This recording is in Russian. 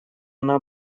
она